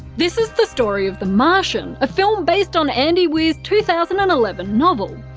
this is the story of the martian, a film based on andy weir's two thousand and eleven novel.